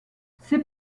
ses